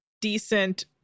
decent